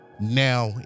now